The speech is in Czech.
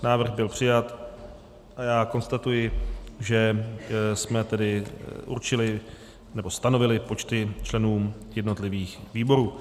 Návrh byl přijat a já konstatuji, že jsme určili nebo stanovili počty členů jednotlivých výborů.